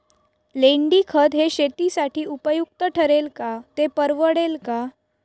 लेंडीखत हे शेतीसाठी उपयुक्त ठरेल का, ते परवडेल का?